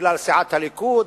בגלל סיעת הליכוד,